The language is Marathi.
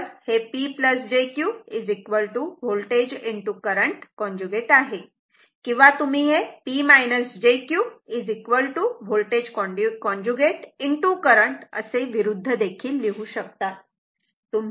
तर हे P jQ voltage current conjugate आहे किंवा तुम्ही हे P jQ voltage conjugate current असे विरुद्ध लिहू शकतात